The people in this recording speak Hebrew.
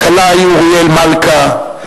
כלאי אוריאל מלכה,